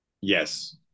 Yes